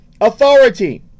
authority